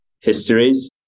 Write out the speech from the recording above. histories